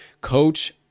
Coach